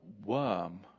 worm